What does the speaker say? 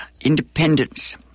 independence